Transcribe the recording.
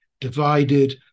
divided